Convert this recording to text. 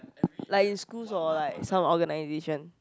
like in schools or like some organisation